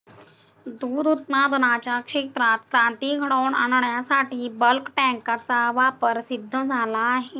दूध उत्पादनाच्या क्षेत्रात क्रांती घडवून आणण्यासाठी बल्क टँकचा वापर सिद्ध झाला आहे